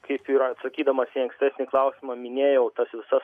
kaip ir atsakydamas į ankstesnį klausimą minėjau tas visas